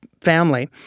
family